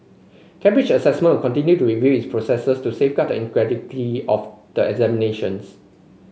Cambridge Assessment continue to review its processes to safeguard integrity of the examinations